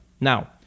now